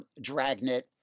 Dragnet